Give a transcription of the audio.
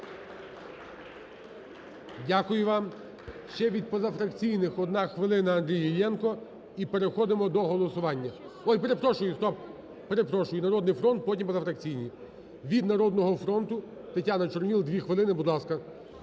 Дякую, вам. Ще від позафракційних, одна хвилина, Андрій Іллєнко і переходимо до голосування. Ой, перепрошую, стоп. Перепрошую, "Народний фронт", потім – позафракційні. Від "Народного фронту", Тетяна Чорновол, дві хвилини. Будь ласка,